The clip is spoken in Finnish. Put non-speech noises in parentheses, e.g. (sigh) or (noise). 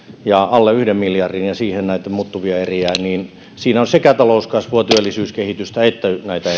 ja alle yhden miljardin ja siihen on näitä muuttuvia eriä siinä on sekä talouskasvua työllisyyskehitystä että näitä (unintelligible)